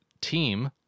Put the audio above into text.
team